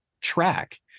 track